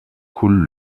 coule